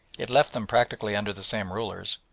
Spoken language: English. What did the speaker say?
it left them practically under the same rulers,